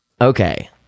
okay